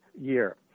year